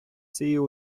цією